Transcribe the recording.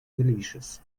delicious